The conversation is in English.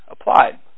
applied